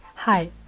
Hi